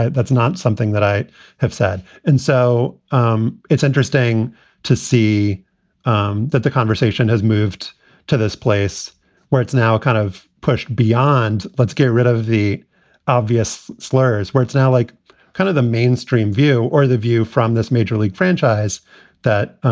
that's not something that i have said. and so um it's interesting to see um that the conversation has moved to this place where it's now kind of pushed beyond let's get rid of the obvious slurs where it's now like kind of the mainstream view or the view from this major league franchise that,